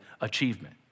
achievement